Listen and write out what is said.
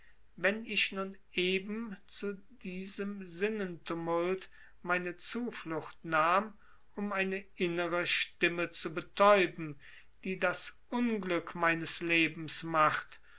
wenn ich nun eben zu diesem sinnentumult meine zuflucht nahm um eine innere stimme zu betäuben die das unglück meines lebens macht